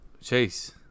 Chase